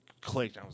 clicked